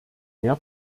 mehr